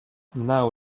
now